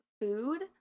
food